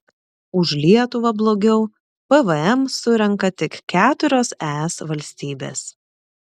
už lietuvą blogiau pvm surenka tik keturios es valstybės